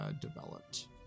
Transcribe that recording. developed